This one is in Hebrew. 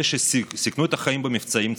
אלה שסיכנו את החיים במבצעים צבאיים,